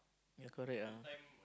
ya correct ah